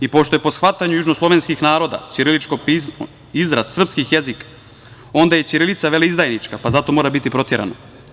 I pošto je po shvatanju južnoslovenskih naroda ćiriličko pismo izraz srpskih jezika, onda je ćirilica veleizdajnička pa zato mora biti proterana.